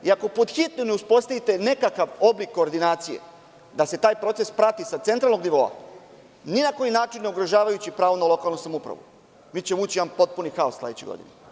Ako pod hitno ne uspostavite nekakav oblik koordinacije da se taj proces prati sa centralnog nivoa, ni na koji način ne ugrožavajući pravo na lokalnu samoupravu, mi ćemo ući u jedan potpuni haos sledeće godine.